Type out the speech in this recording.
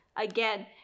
again